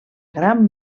gran